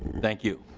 thank you.